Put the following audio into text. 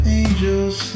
angels